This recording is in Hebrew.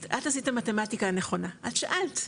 את עשית את המתמטיקה הנכונה, את שאלת,